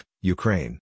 Ukraine